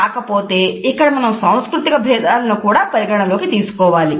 కాకపోతే ఇక్కడ మనం సాంస్కృతిక భేదాలను కూడా పరిగణలోకి తీసుకోవాలి